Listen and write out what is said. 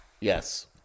Yes